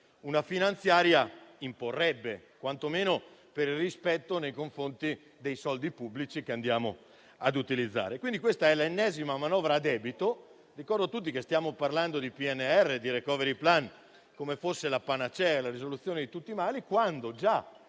ben altro dibattito, quantomeno per rispetto nei confronti dei soldi pubblici che andiamo a utilizzare. Questa è l'ennesima manovra a debito: ricordo a tutti che stiamo parlando di PNRR e di *recovery plan* come fossero la panacea e la soluzione di tutti i mali, quando questo